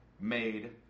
made